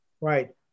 Right